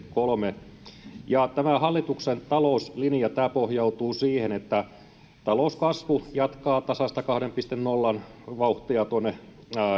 kolme tämä hallituksen talouslinja pohjautuu siihen että talouskasvu jatkaa tasaista kahden pilkku nolla vauhtia tuonne